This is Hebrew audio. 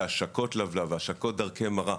השקות לבלב והשקות דרכי מרה.